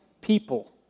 people